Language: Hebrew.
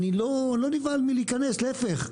אני לא נבהל מלהיכנס לכך; להיפך.